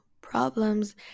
problems